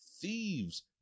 Thieves